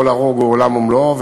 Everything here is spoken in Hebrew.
כל הרוג הוא עולם ומלואו,